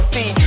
See